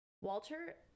walter